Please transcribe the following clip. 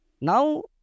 Now